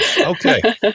Okay